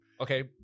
Okay